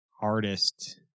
artist